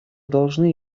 должны